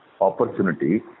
opportunity